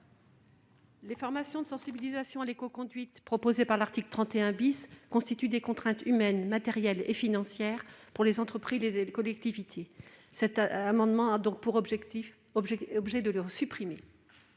Les formations de sensibilisation à l'écoconduite qui figurent à l'article 31 constituent des contraintes humaines, matérielles et financières pour les entreprises et les collectivités. Cet amendement a donc pour objet de le supprimer.